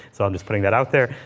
so i'm just putting that out there.